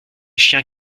chiens